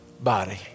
body